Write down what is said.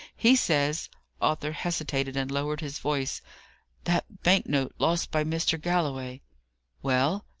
he says arthur hesitated, and lowered his voice that bank-note lost by mr. galloway well?